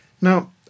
Now